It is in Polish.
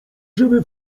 żeby